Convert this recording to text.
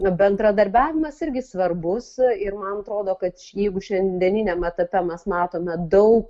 bendradarbiavimas irgi svarbus ir man atrodo kad jeigu šiandieniniam etape mes matome daug